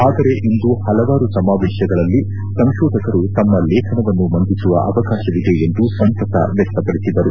ಆದರೆ ಇಂದು ಹಲವಾರು ಸಮಾವೇಶಗಳಲ್ಲಿ ಸಂಶೋಧಕರು ತಮ್ಮ ಲೇಖನವನ್ನು ಮಂಡಿಸುವ ಅವಕಾಶವಿದೆ ಎಂದು ಸಂತಸ ವ್ಯಕ್ತಪಡಿಸಿದರು